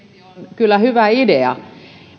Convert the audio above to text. kyllä hyvä idea